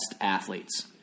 athletes